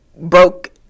broke